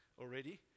already